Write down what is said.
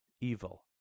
evil